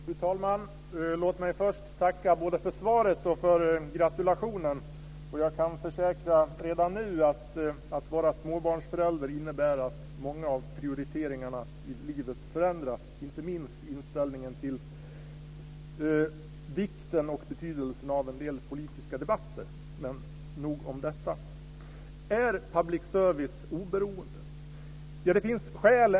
Fru talman! Låt mig först tacka både för svaret och för gratulationen. Jag kan redan nu försäkra att vara småbarnsförälder innebär att många av prioriteringarna i livet förändras, inte minst inställningen till vikten och betydelsen av en del politiska debatter. Nog om detta. Är public service-företagen oberoende?